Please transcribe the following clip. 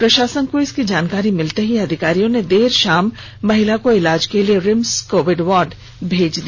प्रशासन को इसकी जानकारी मिलते ही अधिकारियों ने देर शाम महिला को इलाज के लिए रिम्स कोविड वार्ड भेज दिया